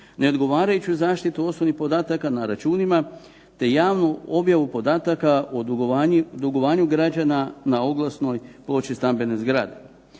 neodgovarajuću zaštitu osobnih podataka na računima te javnu objavu podataka o dugovanju građana na oglasnoj ploči stambene zgrade.